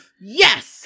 yes